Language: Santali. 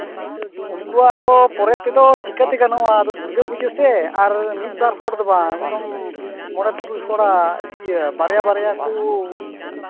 ᱩᱱᱠᱩᱣᱟᱜ ᱫᱚ ᱯᱚᱨᱮ ᱛᱮᱫᱚ ᱪᱤᱠᱟᱹᱛᱮ ᱜᱟᱱᱚᱜᱼᱟ ᱫᱩᱨᱜᱟᱹ ᱯᱩᱡᱟᱹ ᱥᱮ ᱢᱤᱫᱵᱟᱨ ᱦᱚᱲ ᱫᱚ ᱵᱟᱝ ᱢᱚᱲᱮ ᱛᱩᱨᱩᱭ ᱦᱚᱲᱟᱜ ᱵᱟᱨᱭᱟ ᱯᱮᱭᱟ ᱠᱚ